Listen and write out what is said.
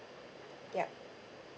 yup